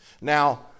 Now